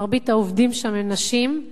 מרבית העובדים שם הן נשים,